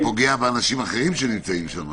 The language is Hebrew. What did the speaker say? זה פוגע באחרים שנמצאים שם.